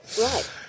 Right